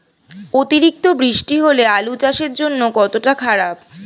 অতিরিক্ত বৃষ্টি হলে আলু চাষের জন্য কতটা খারাপ?